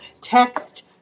text